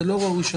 זה לא ראוי.